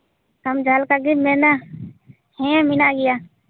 ᱟᱢ ᱡᱟᱸᱦᱟ ᱞᱮᱠᱟ ᱜᱮᱢ ᱢᱮᱱᱟ ᱦᱮᱸ ᱢᱮᱱᱟᱜ ᱜᱮᱭᱟ